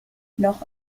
noch